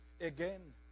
Again